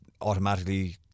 automatically